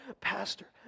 Pastor